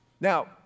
Now